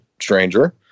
stranger